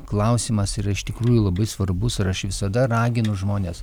klausimas yra iš tikrųjų labai svarbus ir aš visada raginu žmones